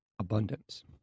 abundance